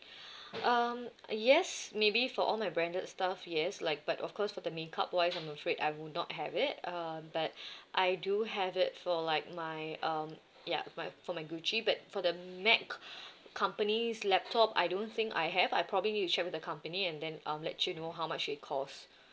um yes maybe for all my branded stuff yes like but of course for the makeup wise I'm afraid I would not have it uh but I do have it for like my um ya my for my gucci but for the mac company's laptop I don't think I have I probably need to check with the company and then um let you know how much it costs